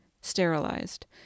sterilized